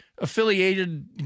affiliated